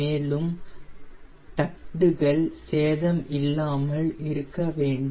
மேலும் டக்டு கள் சேதம் இல்லாமலிருக்க வேண்டும்